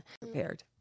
prepared